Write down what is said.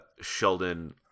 Sheldon